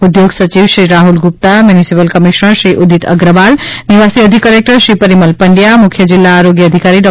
ઉદ્યોગ સચિવશ્રી રાહ્લ ગુપ્તા મ્યુનિસિપલ કમિશ્નરશ્રી ઉદિત અગ્રવાલ નિવાસી અધિક કલેકટરશ્રી પરિમલ પંડયા મુખ્ય જિલ્લા આરોગ્ય અધિકારી ડો